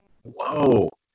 whoa